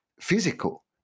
physical